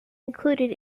included